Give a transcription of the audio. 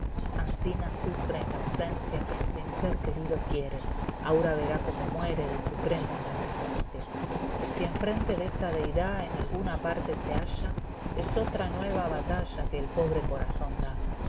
asina sufre en la ausieneia quien sin ser querido quiere aura verá como muere de su prenda en la presencia si enfrente de esa deidá en alguna parte se halla es otra nueva batalla que el pobre corazón da ya